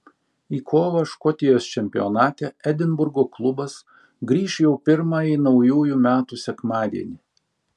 į kovą škotijos čempionate edinburgo klubas grįš jau pirmąjį naujųjų metų sekmadienį